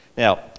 Now